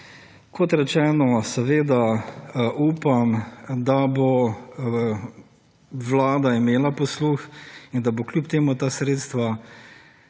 Kot rečeno upam, da bo vlada imela posluh in da bo kljub temu ta sredstva